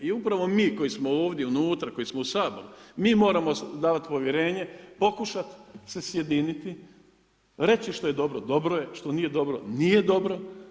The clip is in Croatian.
I upravo mi koji smo ovdje unutra koji smo u Saboru mi moramo davati povjerenje, pokušati se sjediniti, reći što je dobro dobro je, što nije dobro nije dobro.